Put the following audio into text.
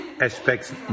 aspects